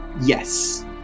yes